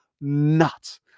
nuts